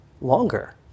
longer